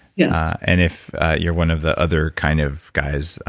yeah and if you're one of the other kind of guys,